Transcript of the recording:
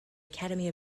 academy